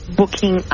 booking